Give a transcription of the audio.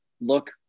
look